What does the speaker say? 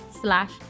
slash